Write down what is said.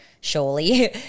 surely